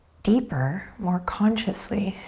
deeper, more consciously,